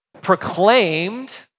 proclaimed